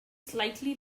slightly